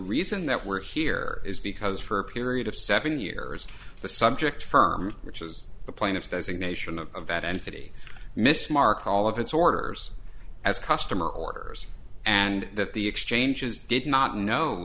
reason that we're here is because for a period of seven years the subject firm which is the plaintiff has a nation of that entity miss market all of its orders as customer orders and that the exchanges did not know